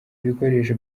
ibikoresho